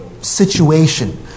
situation